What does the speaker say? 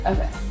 Okay